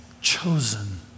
chosen